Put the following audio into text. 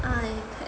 Ipad